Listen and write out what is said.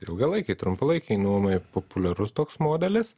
ilgalaikei trumpalaikei nuomai populiarus toks modelis